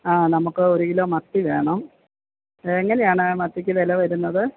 ആ നമുക്ക് ഒര് കിലോ മത്തി വേണം എങ്ങനെയാണ് മത്തിക്ക് വില വരുന്നത്